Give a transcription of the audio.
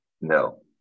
No